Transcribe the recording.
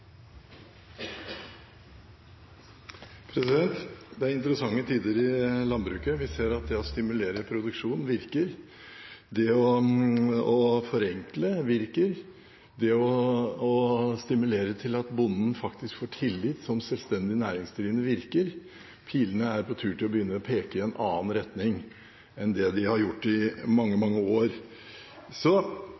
Det er interessante tider i landbruket. Vi ser at det å stimulere produksjonen virker, det å forenkle virker, det å stimulere til at bonden faktisk får tillit som selvstendig næringsdrivende, virker. Pilene er på tur til å begynne å peke i en annen retning enn det de har gjort i mange, mange år.